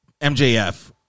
MJF